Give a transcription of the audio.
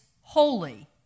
holy